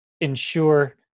ensure